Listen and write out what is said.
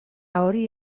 hori